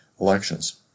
elections